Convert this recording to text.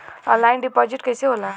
Online deposit कैसे होला?